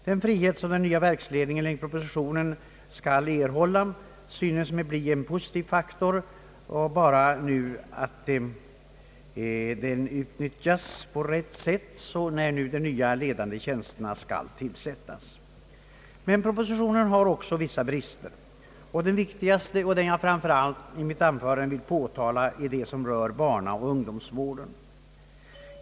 Den frihet som den nya verksledningen enligt propositionen skall erhålla synes mig bli en positiv faktor, om den bara utnyttjas på rätt sätt, när nu de nya ledande tjänsterna skall tillsättas. Men propositionen har också vissa brister. Den viktigaste — och den som jag framför allt i mitt anförande vill påtala — är den som rör barnaoch ungdomsvården.